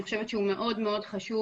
אני חושבת שהוא מ אוד מאוד חשוב,